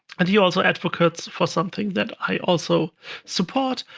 and he also advocates for something that i also support,